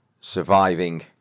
surviving